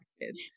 kids